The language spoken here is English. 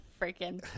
Freaking